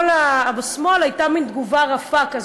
בשמאל הייתה מין תגובה רפה כזאת,